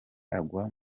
agwa